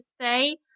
say